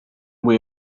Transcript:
way